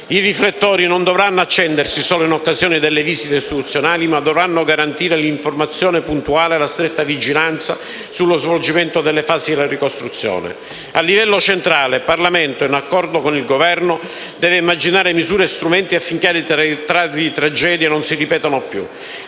I riflettori non dovranno accendersi solo in occasione delle visite istituzionali, ma dovranno garantire l'informazione puntuale e la stretta vigilanza sullo svolgimento delle fasi della ricostruzione. A livello centrale, il Parlamento, in accordo con il Governo, deve immaginare misure e strumenti affinché tali tragedie non si ripetano più: